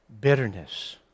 bitterness